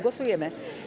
Głosujemy.